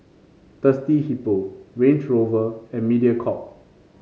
Thirsty Hippo Range Rover and Mediacorp